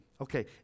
Okay